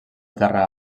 terra